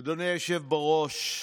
אדוני היושב-ראש.